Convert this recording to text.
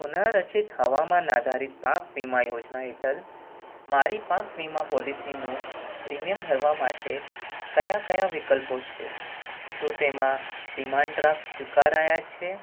પુનઃરચિત હવામાન આધારિત પાક વીમા યોજના હેઠળ મારી પાક વીમા પૉલિસીનું પ્રીમિયમ ભરવા માટે કયા કયા વિકલ્પો છે શું તેમાં ડિમાન્ડ ડ્રાફ્ટ સ્વીકારાય છે